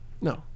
no